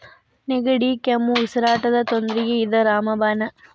ನೆಗಡಿ, ಕೆಮ್ಮು, ಉಸಿರಾಟದ ತೊಂದ್ರಿಗೆ ಇದ ರಾಮ ಬಾಣ